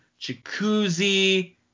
Jacuzzi